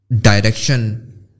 direction